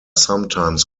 sometimes